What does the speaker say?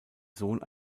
sohn